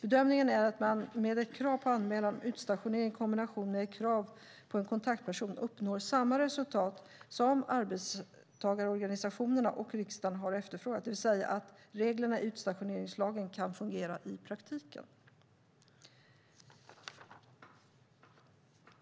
Bedömningen är att man med ett krav på anmälan om utstationeringen i kombination med ett krav på en kontaktperson uppnår samma resultat som arbetstagarorganisationerna och riksdagen har efterfrågat, det vill säga att reglerna i utstationeringslagen kan fungera i praktiken.